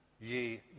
ye